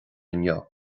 inniu